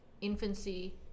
infancy